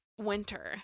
winter